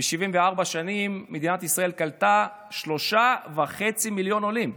ב-74 שנים מדינת ישראל קלטה שלושה וחצי מיליון עולים,